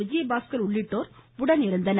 விஜயபாஸ்கர் உள்ளிட்டோர் உடனிருந்தனர்